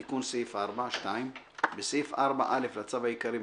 תיקון סעיף 4 2. בסעיף 4(א) לצו העיקרי,